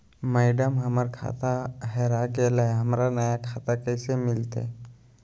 madam, हमर खाता हेरा गेलई, हमरा नया खाता कैसे मिलते